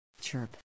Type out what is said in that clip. Chirp